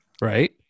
Right